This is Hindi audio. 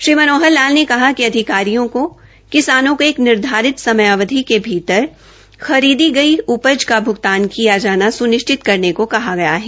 श्री मनोहर लाल ने कहा कि अधिकारियों को किसानों को एक निर्धारित समय अवधि के भीतर खरीदी गई उपज का भ्गतान किया जाना सुनिश्चित करने को कहा गया है